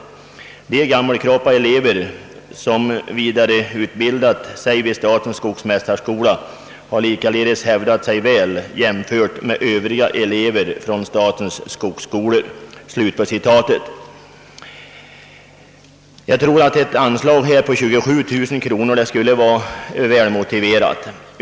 De gammelkroppaelever som vidareutbildat sig vid statens skogsmästareskola har likaledes hävdat sig väl jämfört med övriga elever från statens skogsskolor.» Jag tror att ett anslag på 27 000 kroner till skolan skulle vara väl motiverat.